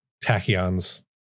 tachyons